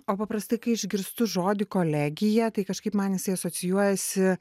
o paprastai kai išgirstu žodį kolegija tai kažkaip man jisai asocijuojasi